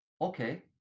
okay